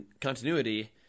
continuity